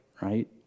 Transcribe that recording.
right